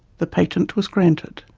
the patent was granted.